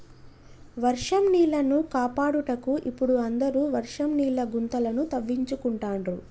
వర్షం నీళ్లను కాపాడుటకు ఇపుడు అందరు వర్షం నీళ్ల గుంతలను తవ్వించుకుంటాండ్రు